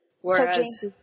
Whereas